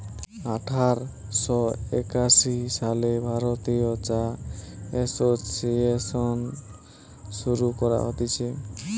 আঠার শ একাশি সালে ভারতীয় চা এসোসিয়েসন শুরু করা হতিছে